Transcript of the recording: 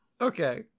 Okay